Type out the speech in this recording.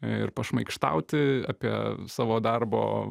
ir pašmaikštauti apie savo darbo